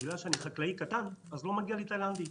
בגלל שאני חקלאי קטן לא מגיע לי עובד תאילנדי,